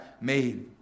made